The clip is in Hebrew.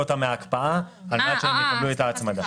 אותם מההקפאה על מנת שהם יקבלו את ההצמדה.